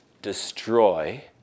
destroy